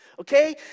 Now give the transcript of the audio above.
okay